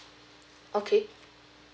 okay